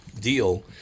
deal